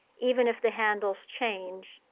even if the handles change.